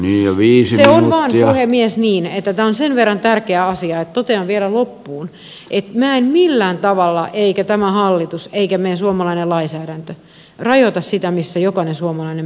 se on vain puhemies niin että tämä on sen verran tärkeä asia että totean vielä loppuun että minä en millään tavalla rajoita eikä tämä hallitus eikä meidän suomalainen lainsäädäntö rajoita sitä missä jokainen meistä suomalaisista elää